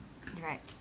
right